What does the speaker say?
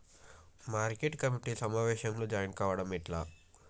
Market committee సమావేశంలో join అవ్వడం ఎలా?